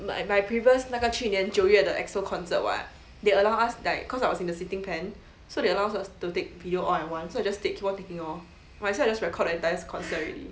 my my previous 那个去年九月的 E_X_O concert [what] they allow us like cause I was in the sitting pen so they allow us to take video all at one so I just take keep on taking lor might as well I just record the entire concert already